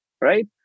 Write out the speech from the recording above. right